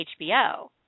HBO